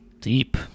Deep